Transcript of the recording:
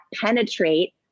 penetrate